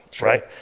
right